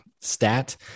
stat